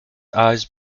eyes